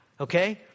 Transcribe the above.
Okay